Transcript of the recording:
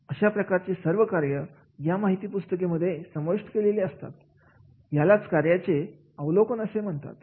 अशा प्रकारचे सर्व कार्य या माहिती पुस्तिकेचे मध्ये समाविष्ट केलेली असतात यालाच कार्याचे अवलोकन असे म्हणतात